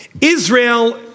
Israel